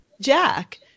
Jack